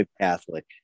Catholic